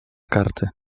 karty